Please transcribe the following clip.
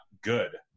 good